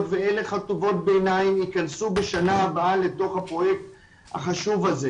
ואילו חטיבות ביניים ייכנסו בשנה הבאה לתוך הפרויקט החשוב הזה,